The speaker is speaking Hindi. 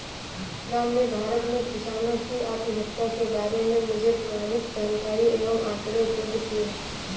राम ने भारत में किसानों की आत्महत्या के बारे में मुझे प्रमाणित जानकारी एवं आंकड़े उपलब्ध किये